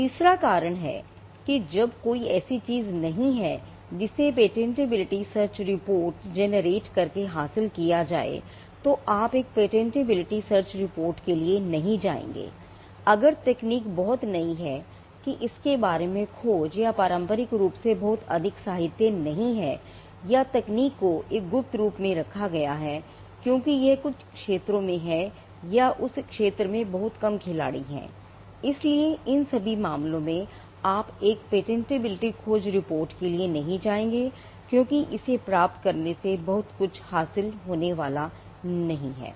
तीसरा कारण है कि जब कोई ऐसी चीज नहीं है जिसे पेटेंटबिलिटी सर्च रिपोर्ट के लिए नहीं जाएंगे क्योंकि इसे प्राप्त करने से बहुत कुछ हासिल होने वाला नहीं है